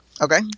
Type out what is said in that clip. Okay